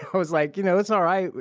i was like, you know, it's all right.